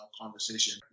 conversation